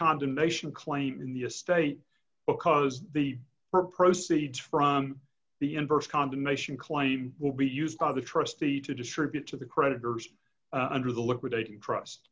condemnation claim in the estate because the proceeds from the inverse condemnation claim will be used by the trustee to distribute to the creditors and or the liquidating trust